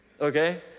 Okay